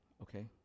okay